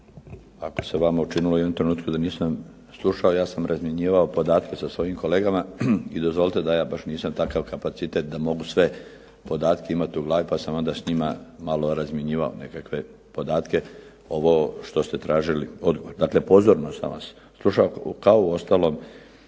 Ako se vama učinilo u jednom trenutku da nisam slušao, ja sam razmjenjivao podatke sa svojim kolegama i dozvolite da ja baš nisam takav kapacitet da mogu sve podatke imati u glavi, pa sam onda s njima malo razmjenjivao nekakve podatke ovo što ste tražili odgovor. Dakle, pozorno sam vas slušao kao uostalom